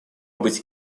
быть